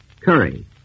Curry